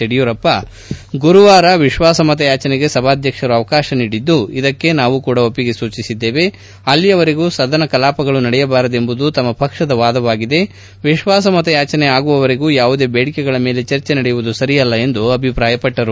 ಯಡಿಯೂರಪ್ಪ ಗುರುವಾರ ವಿಶ್ವಾಸಮತಯಾಚನೆಗೆ ಸಭಾಧ್ಯಕ್ಷರು ಅವಕಾಶ ನೀಡಿದ್ದು ಇದಕ್ಕೆ ನಾವು ಕೂಡ ಒಪ್ಪಿಗೆ ಸೂಚಿಸಿದ್ದೇವೆ ಅಲ್ಲಿಯವರೆಗೂ ಸದನದ ಕಲಾಪಗಳು ನಡೆಯಬಾರದೆಂಬುದು ತಮ್ಮ ಪಕ್ಷದ ವಾದವಾಗಿದೆ ವಿಶ್ವಾಸಮತಯಾಚನೆ ಆಗುವವರೆಗೂ ಯಾವುದೇ ಬೇಡಿಕೆಗಳ ಮೇಲೆ ಚರ್ಚೆ ನಡೆಯುವುದು ಸರಿಯಲ್ಲ ಎಂದು ಹೇಳಿದರು